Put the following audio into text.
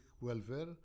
welfare